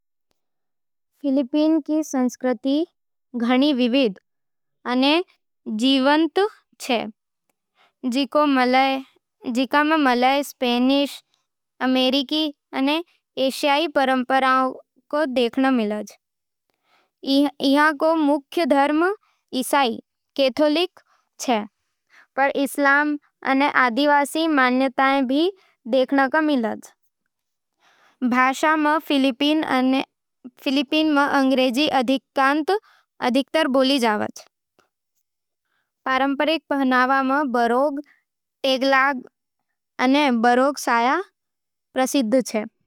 फिलीपींस रो संस्कृति घणी विविध अने जीवंत होवे, जिको मलय, स्पेनिश, अमेरिकी अने एशियाई परंपरावां रो मेल मिले। इहाँ रो मुख्य धर्म ईसाई कैथोलिक मुख्य है, पर इस्लाम अने आदिवासी मान्यताएं भी देखण ने मिले। भाषा में फिलिपिनो अने अंग्रेजी आधिकारिक होवे। पारंपरिक पहनावा में बरोंग टैगलॉग अने बरोत साया प्रसिद्ध छे।